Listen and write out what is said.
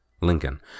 Lincoln